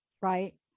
Right